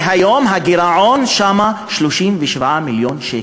והיום הגירעון שם הוא של 37 מיליון שקל.